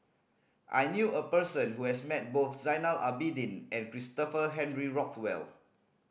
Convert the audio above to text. I knew a person who has met both Zainal Abidin and Christopher Henry Rothwell